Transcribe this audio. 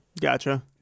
Gotcha